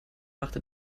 machte